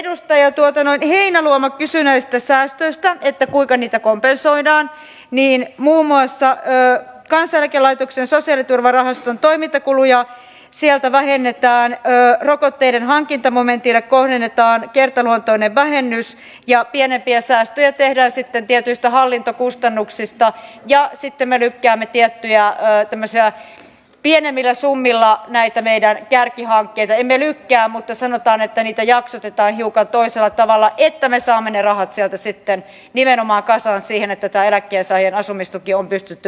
kun edustaja heinäluoma kysyi näistä säästöistä kuinka niitä kompensoidaan niin muun muassa kansaneläkelaitoksen sosiaaliturvarahaston toimintakuluista vähennetään rokotteiden hankintamomentille kohdennetaan kertaluontoinen vähennys ja pienempiä säästöjä tehdään sitten tietyistä hallintokustannuksista ja sitten me lykkäämme pienemmillä summilla näitä meidän tiettyjä kärkihankkeita tai emme lykkää mutta sanotaan että niitä jaksotetaan hiukan toisella tavalla että me saamme ne rahat sieltä sitten kasaan nimenomaan siihen että tämä eläkkeensaajien asumistuki on pystytty perumaan